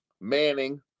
Manning